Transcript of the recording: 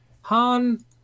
Han